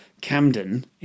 Camden